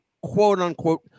quote-unquote